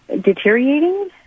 deteriorating